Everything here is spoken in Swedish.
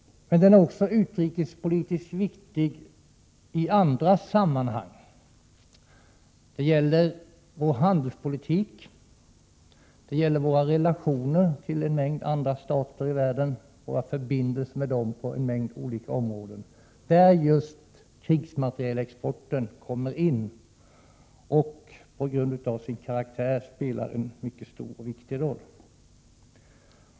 Men den är utrikespolitiskt viktig också i andra sammanhang. Det gäller vår handelspolitik, det gäller våra relationer till en mängd andra stater i världen, det gäller våra förbindelser med dem på en mängd olika områden där just krigsmaterielexporten kommer in och spelar en mycket stor och viktig roll.